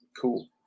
Cool